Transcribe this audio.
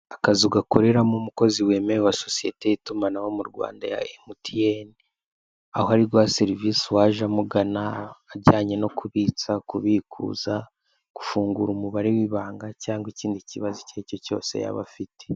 Akazi gakoreramo umukozi wemewe wa sosiyete y'itumanaho mu Rwanda ya MTN, aho Ari guha serivisi uwaje amugana ajyanye no kubitsa, kubikuza, guhindurwa umubare w'ibanga cyangwa ikindi kibazo yaba afite.